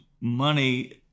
money